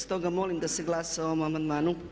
Stoga molim da se glasa o ovom amandmanu.